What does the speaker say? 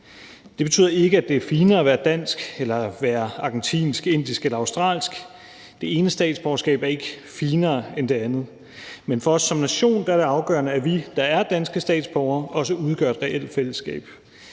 Det betyder ikke, at det er finere at være dansk end at være argentinsk, indisk eller australsk. Det ene statsborgerskab er ikke finere end det andet. Men for os som nation er det afgørende, at vi, der er danske statsborgere, også udgør et reelt fællesskab;